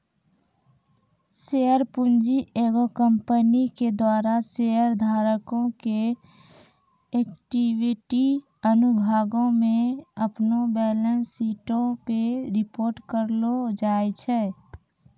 share पूंजी एगो company के द्वारा शेयर धारको के इक्विटी अनुभागो मे अपनो बैलेंस शीटो पे रिपोर्ट करलो जाय छै